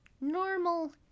normal